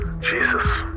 Jesus